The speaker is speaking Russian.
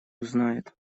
узнает